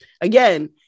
again